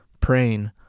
praying